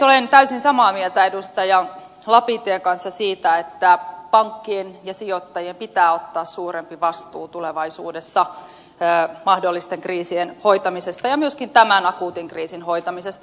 olen täysin samaa mieltä edustaja lapintien kanssa siitä että pankkien ja sijoittajien pitää ottaa suurempi vastuu tulevaisuudessa mahdollisten kriisien hoitamisesta ja myöskin tämän akuutin kriisin hoitamisesta